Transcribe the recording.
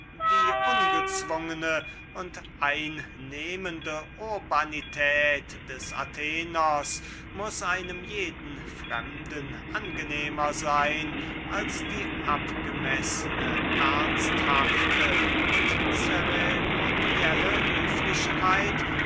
die ungezwungne und einnehmende höflichkeit des atheniensers muß einem jeden fremden angenehmer sein als die abgemessene ernsthafte und zeremonienvolle höflichkeit